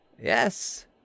Yes